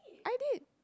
I did